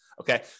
Okay